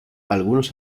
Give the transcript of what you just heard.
algunos